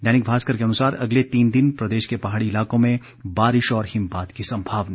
दैनिक भास्कर के अनुसार अगले तीन दिन प्रदेश के पहाड़ी इलाकों में बारिश और हिमपात की संभावना